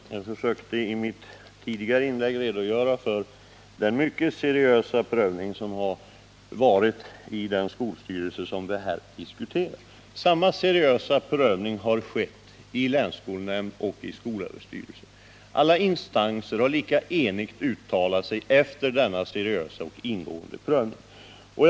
Herr talman! Jag försökte i mitt tidigare inlägg redogöra för den mycket seriösa prövning som har gjorts i den skolstyrelse som här diskuteras. Samma seriösa prövning har skett i länsskolnämnden och i skolöverstyrelsen. Alla instanser har lika enhälligt uttalat sig efter denna seriösa och ingående prövning.